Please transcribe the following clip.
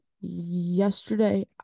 yesterday